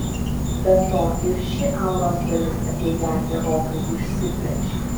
be to ir ši auros dalis apie ją gerokai išsiplečia